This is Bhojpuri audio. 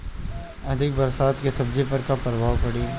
अधिक बरसात के सब्जी पर का प्रभाव पड़ी?